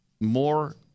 more